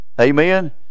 Amen